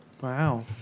wow